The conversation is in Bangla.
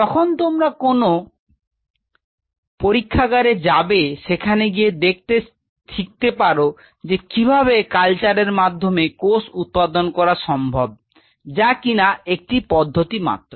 যখন তোমরা কোন ল্যাবে যাবে সেখানে গিয়ে দেখে শিখতে পার যে কিভাবে কালচারের মাধ্যমে কোষ উৎপাদন করা সম্ভব যা কিনা একটা পদ্ধতি মাত্র